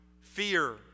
Fear